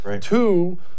Two